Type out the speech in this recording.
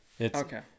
Okay